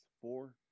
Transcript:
four